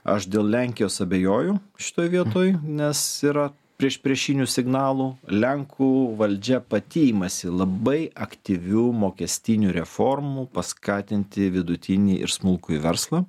aš dėl lenkijos abejoju šitoj vietoj nes yra priešpriešinių signalų lenkų valdžia pati imasi labai aktyvių mokestinių reformų paskatinti vidutinį ir smulkųjį verslą